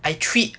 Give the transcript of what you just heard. I treat